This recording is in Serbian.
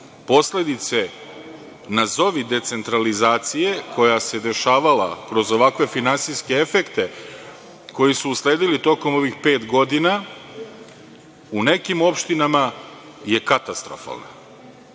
prava. Posledice nazovi decentralizacije, koja se dešavala kroz ovakve finansijske efekte koji su usledili tokom ovih pet godina, u nekim opštinama je katastrofalna.